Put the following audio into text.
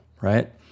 right